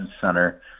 Center